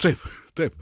taip taip